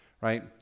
right